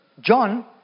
John